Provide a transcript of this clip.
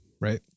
right